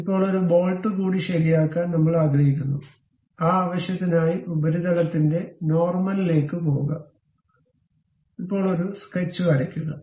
ഇപ്പോൾ ഒരു ബോൾട്ട് കൂടി ശരിയാക്കാൻ നമ്മൾ ആഗ്രഹിക്കുന്നു ആ ആവശ്യത്തിനായി ഉപരിതലത്തിന്റെ നോർമലിലേക്കു പോകുക ഇപ്പോൾ ഒരു സ്കെച്ച് വരയ്ക്കുക